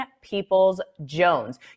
Peoples-Jones